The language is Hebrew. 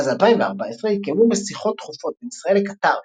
מאז 2014 התקיימו שיחות תכופות בין ישראל לקטאר